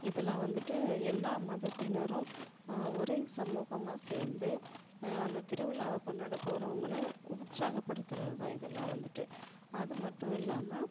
இதெல்லாம் வந்துவிட்டு எல்லா மதத்தினரும் ஒரே சமூகமாக சேர்ந்து அந்த திருவிழாவை கொண்டாட போறவங்களை உற்சாகப்படுத்துறது தான் இதெல்லாம் வந்துவிட்டு அது மட்டும் இல்லாமல்